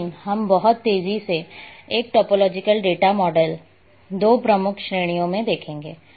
लेकिन हम बहुत तेज़ी से एक टोपोलॉजिकल डेटा मॉडल की दो प्रमुख श्रेणियां देखेंगे